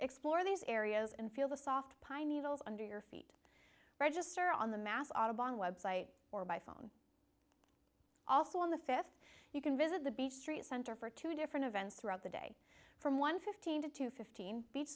explore these areas and feel the soft pine needles under your feet register on the mass audubon website or by phone also on the fifth you can visit the beach street center for two different events throughout the day from one fifteen to two fifteen